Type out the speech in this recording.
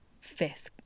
Fifth